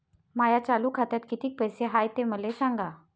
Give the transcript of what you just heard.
माया चालू खात्यात किती पैसे हाय ते मले सांगा